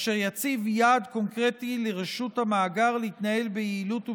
אשר יציב יעד קונקרטי לרשות המאגר להתנהל ביעילות ובזריזות.